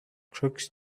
crooks